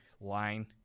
line